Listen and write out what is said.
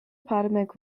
potomac